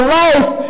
life